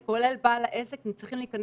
מגיעים מתוך רצון לעשות שינוי ולא להגיד